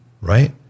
right